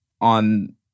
on